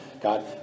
God